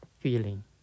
feeling